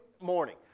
morning